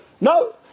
No